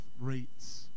rates